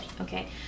Okay